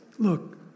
Look